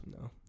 No